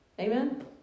amen